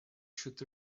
should